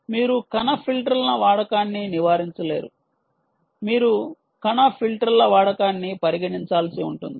మీరు కణ ఫిల్టర్ల వాడకాన్ని నివారించలేరు మీరు కణ ఫిల్టర్ల వాడకాన్ని పరిగణించాల్సి ఉంటుంది